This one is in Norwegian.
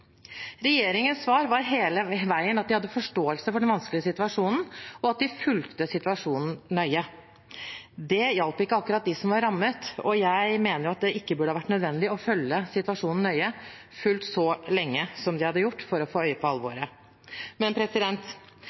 Regjeringens svar var hele veien at de hadde forståelse for den vanskelige situasjonen, og at de fulgte situasjonen nøye. Det hjalp ikke akkurat de som var rammet, og jeg mener det ikke burde være nødvendig å følge situasjonen nøye fullt så lenge som de gjorde for å få øye på alvoret.